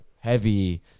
heavy